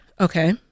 Okay